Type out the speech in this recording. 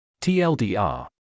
TLDR